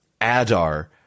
Adar